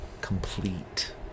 complete